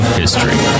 history